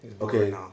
okay